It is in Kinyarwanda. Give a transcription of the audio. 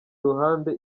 ruhande